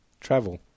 Travel